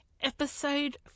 Episode